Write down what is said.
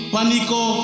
Panico